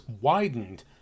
widened